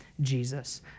Jesus